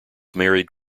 married